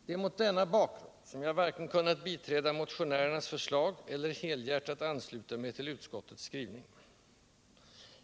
Det är mot denna bakgrund som jag varken kunnat biträda motionärernas förslag eller helhjärtat ansluta mig till utskottets skrivning.